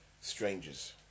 strangers